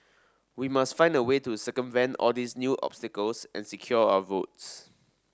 we must find a way to circumvent all these new obstacles and secure our votes